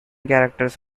characters